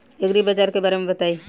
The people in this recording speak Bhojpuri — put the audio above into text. एग्रीबाजार के बारे में बताई?